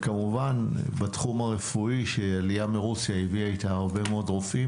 וכמובן בתחום הרפואי שהעליה מרוסיה הביאה איתה הרבה מאוד רופאים